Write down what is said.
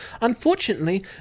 Unfortunately